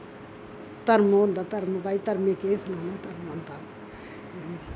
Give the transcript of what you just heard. धर्म होंदा धर्म भाई धरमे केह् सनाना धर्म होंदा